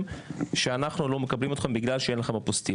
ובטח ובטח עכשיו.